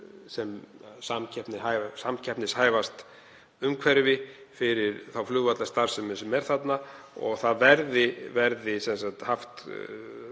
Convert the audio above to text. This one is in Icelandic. sem samkeppnishæfast umhverfi fyrir þá flugvallarstarfsemi sem er þarna og það verði haft